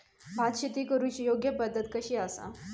भात शेती करुची योग्य पद्धत कशी आसा?